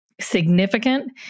significant